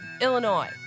Illinois